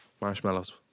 Marshmallows